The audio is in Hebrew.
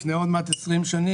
לפני עוד מעט 20 שנים,